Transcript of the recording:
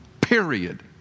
period